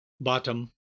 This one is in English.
bottom